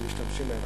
שהם משתמשים בהם,